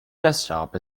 desktop